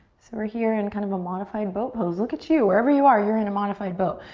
so we're here in kind of a modified boat pose. look at you! wherever you are you're in a modified boat.